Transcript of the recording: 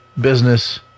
business